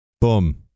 Boom